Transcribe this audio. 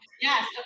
yes